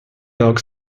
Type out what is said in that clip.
dog